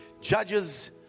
judges